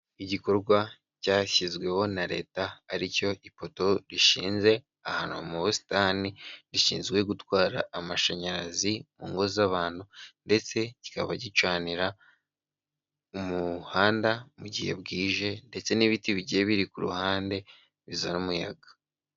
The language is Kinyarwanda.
Igikorwa cyashyizweho na leta, ari cyo ipoto rishinze ahantu mu busitani rishinzwe gutwara amashanyarazi mu ngo z'abantu, ndetse kikaba gicanira umuhanda mu gihe bwije, ndetse n'ibiti bigiye biri ku ruhande bizana umuyaga.